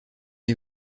est